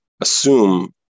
assume